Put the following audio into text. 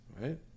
right